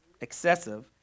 excessive